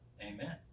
Amen